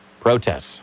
Protests